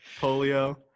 Polio